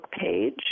page